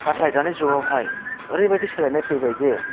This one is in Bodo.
नाथाय दानि जुगावहाय ओरैबायदि सोलायनाय फैबायजे